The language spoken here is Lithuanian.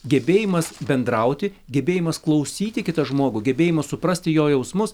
gebėjimas bendrauti gebėjimas klausyti kitą žmogų gebėjimas suprasti jo jausmus